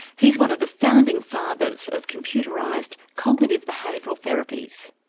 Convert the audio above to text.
he's one of the founding fathers of computerised cognitive behavioural therapies.